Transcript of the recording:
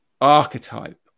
archetype